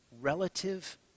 relative